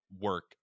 work